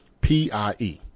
P-I-E